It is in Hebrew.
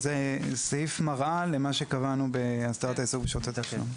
זה סעיף מראה למה שקבענו בהסדרת העיסוק בשירותי תשלום.